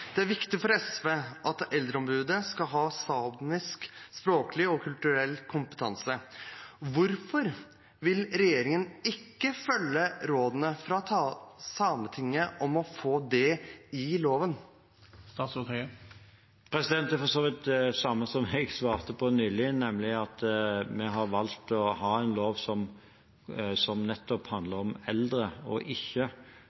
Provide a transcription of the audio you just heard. Det er viktig for SV at Eldreombudet skal ha samisk språklig og kulturell kompetanse. Hvorfor vil ikke regjeringen følge rådene fra Sametinget om å få det i loven? Dette blir for så vidt det samme som jeg svarte nylig, nemlig at vi har valgt å ha en lov som handler om eldre og ikke å ha en identifisering av ulike grupper eldre. Som